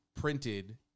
printed